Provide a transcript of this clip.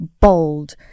bold